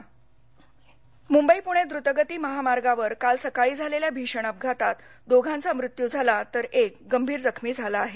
अलिबाग मुंबई पुणे द्र्तगती महामार्गावर काल सकाळी झालेल्या भीषण अपघातात दोघांचा मृत्यू झाला तर एक गंभीर जखमी झाला आहे